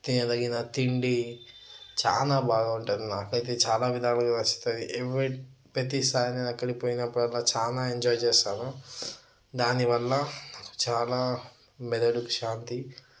తినదగిన తిండి చాలా బాగా ఉంటుంది నాకైతే చాలా విధాలుగా నచ్చుతుంది ఎవ్రి ప్రతిసారి నేను అక్కడికి పోయినప్పుడు అలా చాలా ఎంజాయ్ చేస్తాను దానివల్ల చాలా మెదడుకు శాంతి